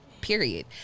period